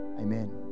amen